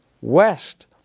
west